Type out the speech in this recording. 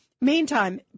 Meantime